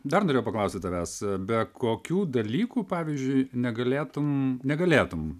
dar norėjau paklausti tavęs be kokių dalykų pavyzdžiui negalėtum negalėtum